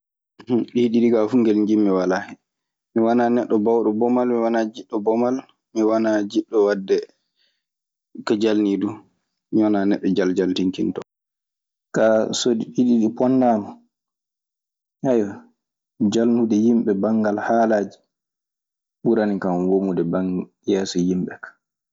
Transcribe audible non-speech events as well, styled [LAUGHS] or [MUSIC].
[LAUGHS] Ɗii ɗiɗi kaa fuu ngel njiɗ,i walaa hen. Mi wanaa neɗɗo baawɗo bomal mi wanaa jiɗɗo bomal mi wanaa jiɗɗo waɗde ko jalnii du. Mi wanaa neɗɗo jaljaltikinto. Kaa so ɗi ɗiɗi ɗi pondaama [HESITATION] jalnude yimɓe banngal haalaaji ɓuranikan womude bange, yeeso yimɓe ka.